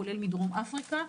כולל עם דרום אפריקה.